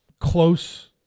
close